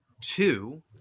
Two